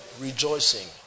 Rejoicing